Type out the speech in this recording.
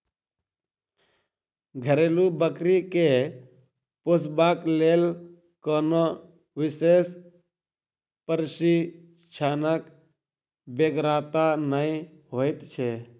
घरेलू बकरी के पोसबाक लेल कोनो विशेष प्रशिक्षणक बेगरता नै होइत छै